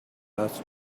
must